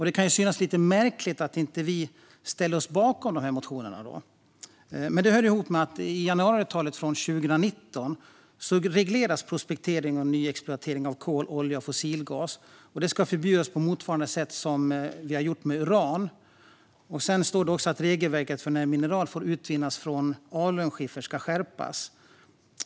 Det kan synas lite märkligt att vi inte ställer oss bakom dessa motioner. Men det hör ihop med att i januariavtalet från 2019 regleras att prospektering och nyexploatering av kol, olja och fossilgas ska förbjudas på motsvarande sätt som har gjorts med uran. Det står också att regelverket för när mineral får utvinnas från alunskiffer ska skärpas.